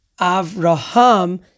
Avraham